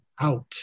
out